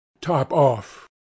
Top-Off